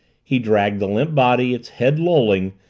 he dragged the limp body, its head lolling,